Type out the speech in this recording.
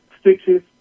Stitches